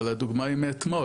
אבל הדוגמה היא מאתמול,